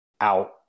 out